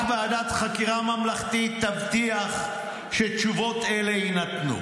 רק ועדת חקירה ממלכתית תבטיח שתשובות אלה יינתנו,